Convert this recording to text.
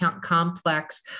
complex